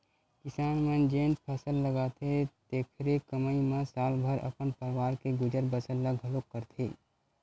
किसान मन जेन फसल लगाथे तेखरे कमई म साल भर अपन परवार के गुजर बसर ल घलोक करथे